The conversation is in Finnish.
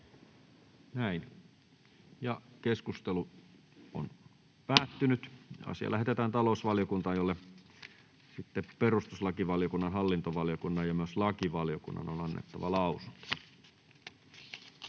ehdottaa, että asia lähetetään talousvaliokuntaan, jolle perustuslakivaliokunnan, hallintovaliokunnan ja lakivaliokunnan on annettava lausunto.